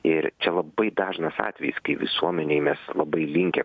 ir čia labai dažnas atvejis kai visuomenėj mes labai linkę